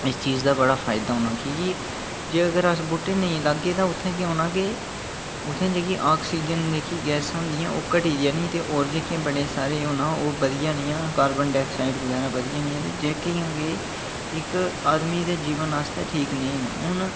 इस चीज दा बडा फायदा होना कि'यां कि जेकर अस बूहटे नेईं लाह्गे तां उत्थै केह् होना कि उत्थै जेह्की आक्सिजन गैसां होंदिया ओह् घटी जंदियां होर जेह्के बडे सारे न ओह् बधी जानियां कार्बन डाइक्साइड बगैरा ओह् बधी जानियां जेह्कियां कि इक आदमी दे जीवन आस्तै ठीक नेईं न हून